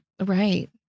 Right